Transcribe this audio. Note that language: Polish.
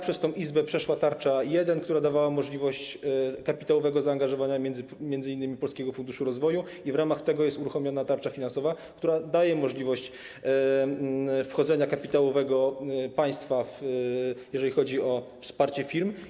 Przez tę Izbę przeszła tarcza 1.0, która dawała możliwość kapitałowego zaangażowania, m.in. Polskiego Funduszu Rozwoju, i w ramach tego jest uruchomiona tarcza finansowa, która daje możliwość wchodzenia kapitałowego państwa, jeżeli chodzi o wsparcie firm.